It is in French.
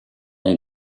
ont